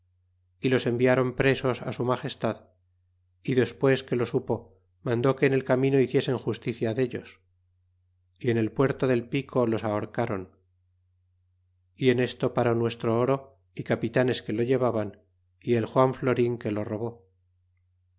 y los environ presos su magestad y despues que lo supo mandó que en el camino hiciesen justicia dellos y en el puerto del pico los ahorcaron y en esto paró nuestro oro y capitanes que lo llevaban y el juan florin que lo robó